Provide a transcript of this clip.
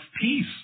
peace